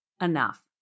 Enough